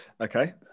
okay